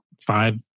five